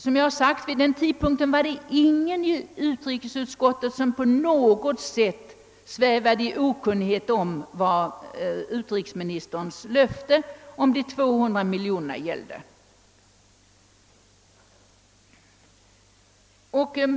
Som jag tidigare sagt var det ingen i utrikesutskottet som på något sätt svävade i okunnighet om vad utrikesministerns löfte om de 200 miljonerna innebar.